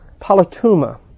Palatuma